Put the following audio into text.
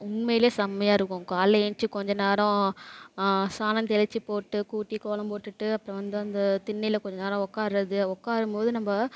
உண்மையில் செம்மையாக இருக்கும் காலையில் ஏழுந்திச்சி கொஞ்ச நேரம் சாணம் தெளித்து போட்டு கூட்டி கோலம் போட்டுட்டு அப்புறம் வந்து அந்த திண்ணையில் கொஞ்சம் நேரம் உட்கார்றது உட்காரும் போது நம்ம